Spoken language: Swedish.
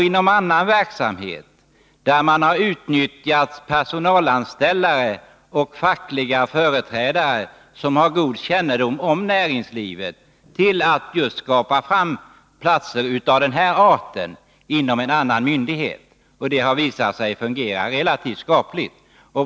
Inom annan verksamhet har man utnyttjat personalanställare och fackliga förträdare med god kännedom om näringslivet till att just skapa fram platser av den här arten inom en annan myndighet. Det har visat sig fungera relativt skapligt.